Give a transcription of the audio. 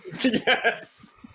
Yes